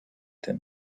যাব